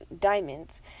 diamonds